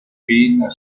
finn